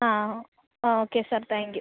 ആ okay sir thank you